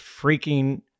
freaking